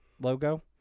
logo